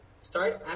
Start